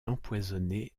empoisonné